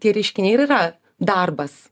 tie reiškiniai ir yra darbas